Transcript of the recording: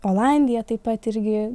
olandija taip pat irgi